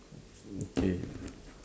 okay